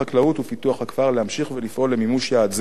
ולפעול למימוש יעד זה בכמה מישורים,